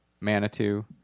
Manitou